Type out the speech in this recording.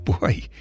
Boy